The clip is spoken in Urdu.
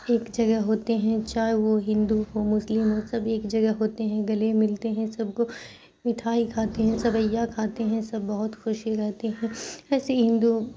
ایک جگہ ہوتے ہیں چاہے وہ ہندو ہو مسلم ہو سب ایک جگہ ہوتے ہیں گلے ملتے ہیں سب کو مٹھائی کھاتے ہیں سویا کھاتے ہیں سب بہت خوشی رہتے ہیں ایسے ہی ہندو